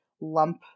lump